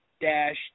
dash